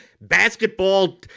basketball